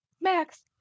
Max